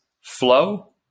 Flow